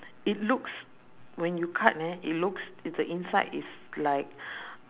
it looks when you cut eh it looks it the inside is like